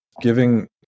giving